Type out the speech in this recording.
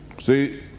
see